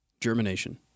Germination